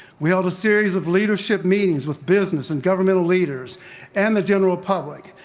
we held a series of leadership meetings with business and governmental leaders and the general public,